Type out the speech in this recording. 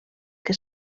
que